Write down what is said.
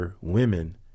women